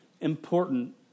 important